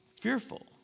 fearful